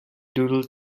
doodle